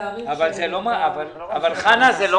מהתאריך --- אבל חנה, זה לא